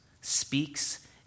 speaks